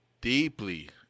deeply